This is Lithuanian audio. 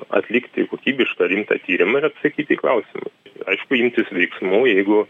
atlikti kokybišką rimtą tyrimą ir atsakyti į klausimus aišku imtis veiksmų jeigu